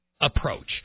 approach